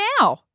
now